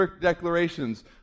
declarations